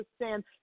understand –